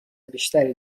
بیشتری